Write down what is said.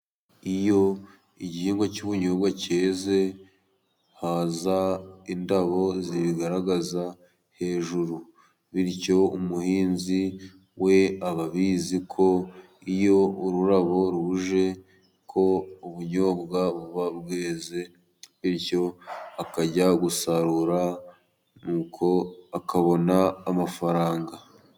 Iyo igihingwa cy'ubunyobwa cyeze, haza indabo zibigaragaza hejuru. Bityo umuhinzi, we aba abizi ko iyo ururabo ruje, ko ubunyobwa buba bweze, bityo akajya gusarura, nuko akabona amafaranga.